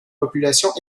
populations